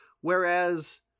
Whereas